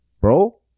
Bro